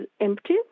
empty